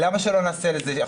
למה לא נעשה את זה?